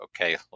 okay